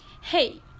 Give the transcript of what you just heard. hey